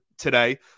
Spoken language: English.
today